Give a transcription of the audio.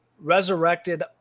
resurrected